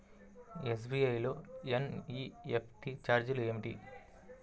SBI లో NEFT ఛార్జీలు ఏమిటి?